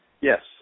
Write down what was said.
yes